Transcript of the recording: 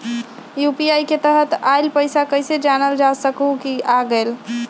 UPI के तहत आइल पैसा कईसे जानल जा सकहु की आ गेल?